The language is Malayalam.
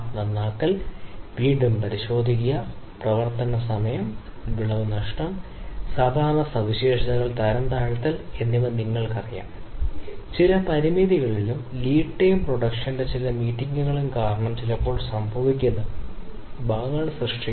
അതിനാൽ സിസ്റ്റത്തിന്റെ മൂന്നാം ലെവലിൽ ടോളറൻസ് ഡിസൈൻ അടിസ്ഥാനപരമായി പിന്തുടരുന്നു രൂപകൽപ്പന പാരാമീറ്ററുകൾ രൂപകൽപ്പന ചെയ്യുകയും ഒടുവിൽ ഒരു ഗുണനിലവാരമുള്ള ഡിസൈനിന്റെ ഡിസൈൻ ഘട്ടം സഹിക്കുകയും ചെയ്യുന്നു പ്രക്രിയ